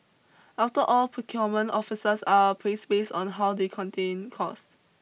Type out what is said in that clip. after all procurement officers are appraised based on how they contain costs